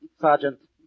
Sergeant